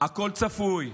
הכול צפוי.